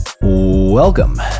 Welcome